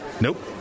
Nope